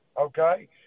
okay